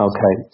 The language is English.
Okay